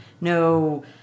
no